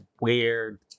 weird